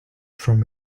from